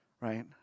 right